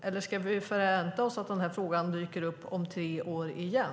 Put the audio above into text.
Eller ska vi förvänta oss att frågan dyker upp om tre år igen?